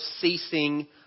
ceasing